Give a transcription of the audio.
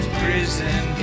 prison